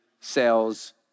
sales